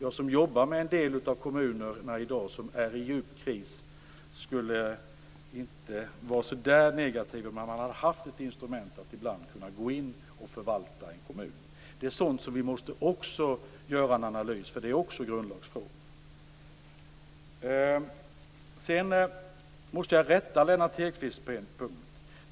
De som jobbar med en del av de kommuner som i dag är i djup kris skulle inte vara så negativa om de hade ett instrument att gå in med och kunna förvalta en kommun. Det är också sådant som vi måste göra en analys av, därför att det är också grundlagsfrågor. Jag måste rätta Lennart Hedquist på en punkt.